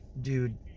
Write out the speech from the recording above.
dude